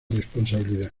responsabilidad